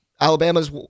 Alabama's